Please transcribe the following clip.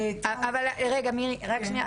רגע מירי, רק שנייה.